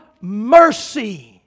mercy